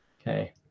okay